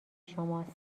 شماست